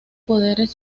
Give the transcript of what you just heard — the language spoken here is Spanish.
poderes